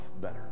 better